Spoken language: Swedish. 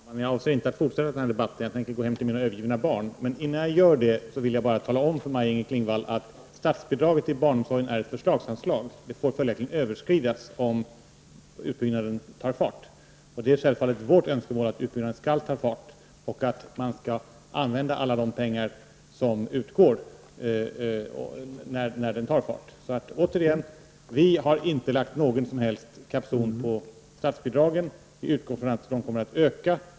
Herr talman! Jag avser inte att fortsätta denna debatt. Jag tänker gå hem till mina övergivna barn. Men innan jag gör det vill jag tala om för Maj-Inger Klingvall att statsbidraget till barnomsorgen är ett förslagsanslag. Det får följaktligen överskridas om utbyggnaden tar fart. Det är självfallet vårt önskemål att utbyggnaden skall ta fart och att man skall använda alla de pengar som utgår när det hela tar fart. Vi har inte lagt någon som helst kapson på statsbidragen. Vi utgår från att de kommer att öka.